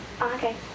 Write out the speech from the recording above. Okay